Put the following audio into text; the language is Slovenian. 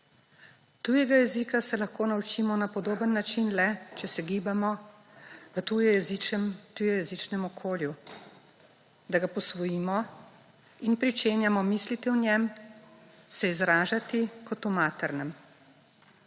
Tujega jezika se lahko naučimo na podoben način le, če se gibamo v tujejezičnem okolju, da ga posvojimo in pričenjamo misliti o njem, se izražati kot v maternem.